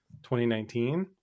2019